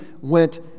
went